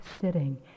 sitting